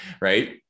right